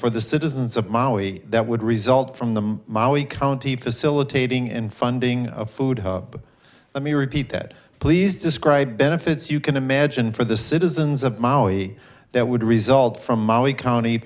for the citizens of maui that would result from the maui county facilitating in funding a food hub let me repeat that please describe benefits you can imagine for the citizens of maui that would result from maui county